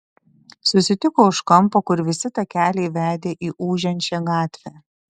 susitiko už kampo kur visi takeliai vedė į ūžiančią gatvę